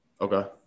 Okay